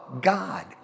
God